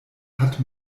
hat